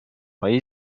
های